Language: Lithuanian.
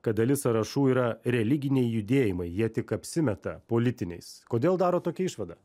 kad dalis sąrašų yra religiniai judėjimai jie tik apsimeta politiniais kodėl darot tokią išvadą